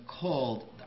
called